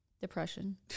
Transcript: Depression